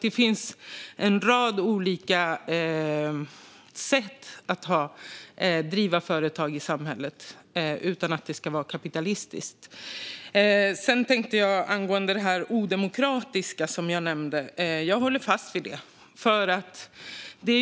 Det finns en rad olika sätt att driva företag i samhället utan att det ska vara kapitalistiskt. Angående det odemokratiska som jag nämnde håller jag fast vid det.